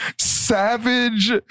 savage